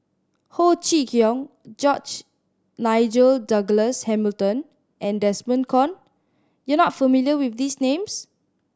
Ho Chee Kong George Nigel Douglas Hamilton and Desmond Kon you are not familiar with these names